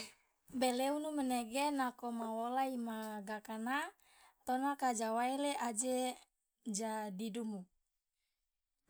beleunu manege nako ma wola ima gakana tonaka ja waele aje ja didumu.